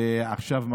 ועכשיו,